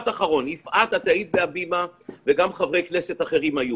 יפעת, את היית בהבימה ועוד חברי כנסת היו.